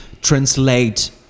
translate